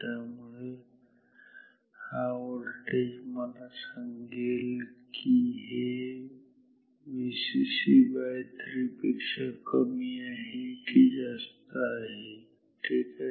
त्यामुळे हा व्होल्टेज मला सांगेल की हे Vcc3 पेक्षा कमी आहे की जास्त आहे ठीक आहे